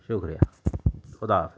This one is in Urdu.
شکریہ خدا حافظ